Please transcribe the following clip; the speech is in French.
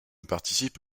participe